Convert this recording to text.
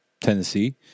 Tennessee